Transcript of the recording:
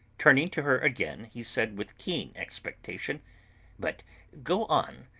turning to her again, he said with keen expectation but go on.